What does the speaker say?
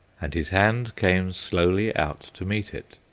and his hand came slowly out to meet it,